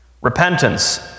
repentance